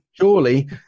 surely